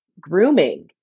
grooming